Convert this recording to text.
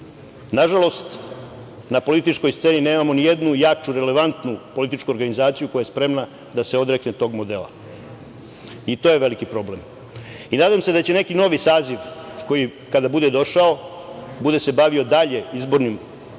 sistem. Nažalost, na političkoj sceni nemamo nijednu jaču, relevantnu političku organizaciju koja je spremna da se odrekne tog modela. I to je veliki problem. Nadam se da će neki novi saziv koji kada bude došao, bude se bavio dalje izbornim